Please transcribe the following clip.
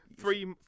Three